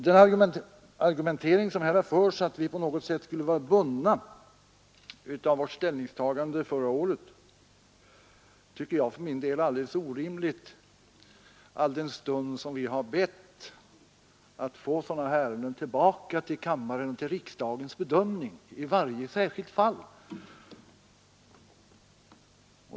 Den argumentering som här har förts — att vi på något sätt skulle vara bundna av vårt ställningstagande förra året — tycker jag för min del är alldeles orimlig, alldenstund vi har bett att få sådana ärenden tillbaka till kammaren för riksdagens bedömning i varje särskilt fall.